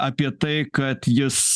apie tai kad jis